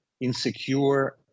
insecure